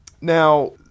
Now